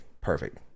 perfect